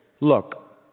look